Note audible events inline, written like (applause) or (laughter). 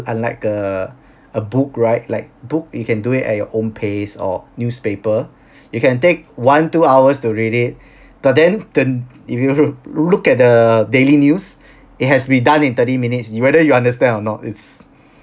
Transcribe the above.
unlike a a book right like book you can do it at your own pace or newspaper (breath) you can take one two hours to read it (breath) but then turn if you look at the daily news it has to be done in thirty minutes you whether you understand or not it's